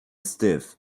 stiff